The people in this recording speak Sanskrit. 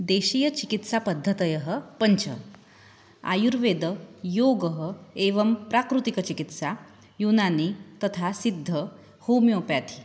देशीयचिकित्सापद्धतयः पञ्च आयुर्वेदः योगः एवं प्राकृतिकचिकित्सा युनानि तथा सिद्ध होमियोप्याथि